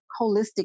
holistic